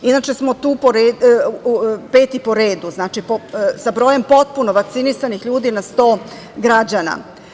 Inače smo tu 5. po redu, sa brojem potpuno vakcinisanih ljudi na 100 građana.